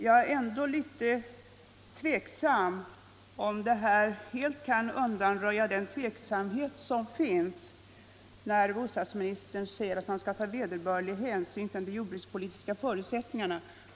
Jag undrar ändå om den tveksamhet som finns helt kan undanröjas, när bostadsministern säger att man skall ta ”vederbörlig hänsyn till de jordbrukspolitiska förutsättningarna”.